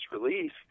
release